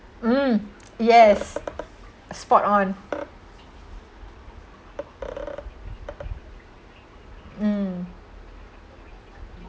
hmm yes spot on mm